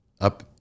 up